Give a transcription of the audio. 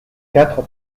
quatre